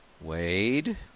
Wade